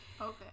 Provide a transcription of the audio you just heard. Okay